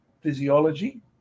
physiology